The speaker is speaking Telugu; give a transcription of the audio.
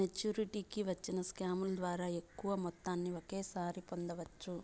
మెచ్చురిటీకి వచ్చిన స్కాముల ద్వారా ఎక్కువ మొత్తాన్ని ఒకేసారి పొందవచ్చు